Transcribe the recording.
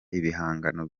ibihangano